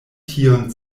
tion